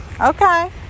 Okay